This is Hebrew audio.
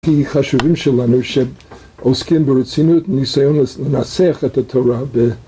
כי חשובים שלנו שעוסקים ברצינות ניסיון לנסח את התורה